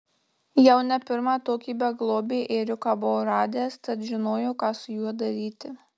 jau ne pirmą tokį beglobį ėriuką buvo radęs tad žinojo ką su juo daryti